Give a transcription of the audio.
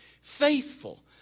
faithful